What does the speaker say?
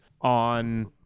on